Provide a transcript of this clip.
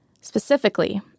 Specifically